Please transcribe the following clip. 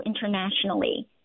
internationally